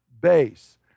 base